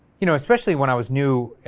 you know, especially when i was new,